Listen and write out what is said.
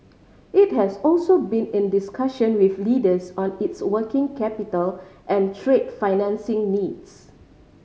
it has also been in discussion with lenders on its working capital and trade financing needs